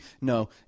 No